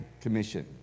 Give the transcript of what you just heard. commission